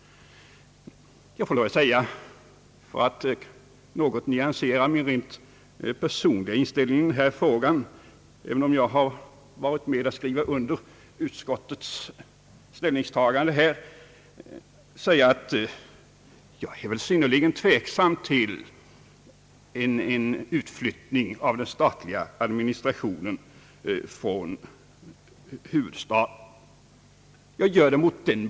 För att något nyansera min rent personliga inställning i denna fråga vill jag säga att jag, även om jag har varit med om att skriva under utskottets ställningstagande, är synnerligen tveksam till en utflyttning av den statliga administrationen från huvudstaden.